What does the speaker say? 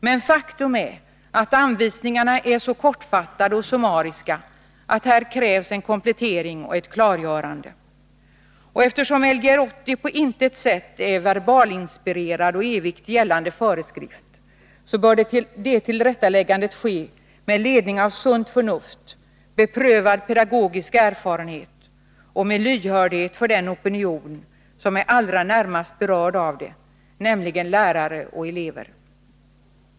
Men faktum är att anvisningarna är så kortfattade och summariska att det här krävs en komplettering och ett klargörande. Och eftersom Lgr 80 på intet sätt är någon verbalt inspirerad och evigt gällande föreskrift, så bör ett tillrättaläggande ske med ledning av sunt förnuft, beprövad pedagogisk erfarenhet och med lyhördhet för den opinion som är allra närmast berörd av det, nämligen lärare och elever.